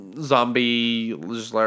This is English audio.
zombie